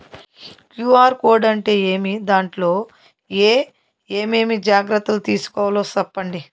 QR code అంటే ఏమి? దాంట్లో ఏ ఏమేమి జాగ్రత్తలు తీసుకోవాలో సెప్పండి?